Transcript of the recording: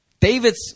David's